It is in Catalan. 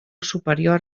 superior